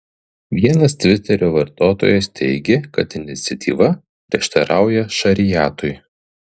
vienas tviterio vartotojas teigė kad iniciatyva prieštarauja šariatui